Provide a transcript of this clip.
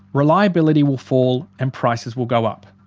reliability will fall and prices will go up.